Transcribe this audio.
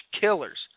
killers